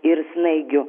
ir snaigių